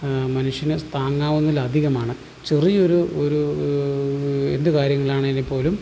മനുഷ്യന് താങ്ങാവുന്നതിൽ അധികമാണ് ചെറിയ ഒരു ഒരൂ എന്ത് കാര്യങ്ങളാണെങ്കിൽ പോലും